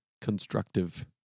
constructive